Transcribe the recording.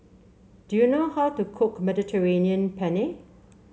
do you know how to cook Mediterranean Penne